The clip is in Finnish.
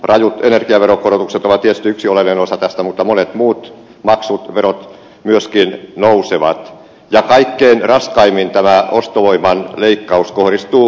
rajut energiaveron korotukset ovat tietysti yksi oleellinen osa tästä mutta monet muut maksut ja verot myöskin nousevat ja kaikkein raskaimmin tämä ostovoiman leikkaus kohdistuu pienituloisiin